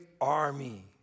army